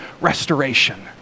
restoration